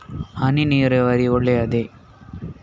ಹನಿ ನೀರಾವರಿ ಒಳ್ಳೆಯದೇ?